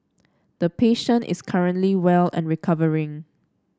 the patient is currently well and recovering